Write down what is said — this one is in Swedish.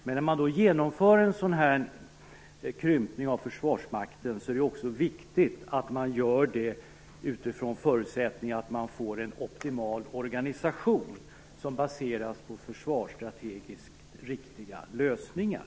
Men när man genomför en sådan här krympning av Försvarsmakten, är det viktigt att man gör det utifrån förutsättningen att man får en optimal organisation som baseras på försvarsstrategiskt riktiga lösningar.